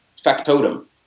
factotum